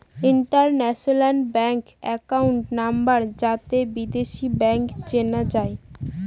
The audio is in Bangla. ইন্টারন্যাশনাল ব্যাঙ্ক একাউন্ট নাম্বার যাতে বিদেশী ব্যাঙ্ক চেনা যায়